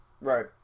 Right